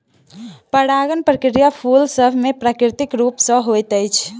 परागण प्रक्रिया फूल सभ मे प्राकृतिक रूप सॅ होइत अछि